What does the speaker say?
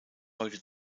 heute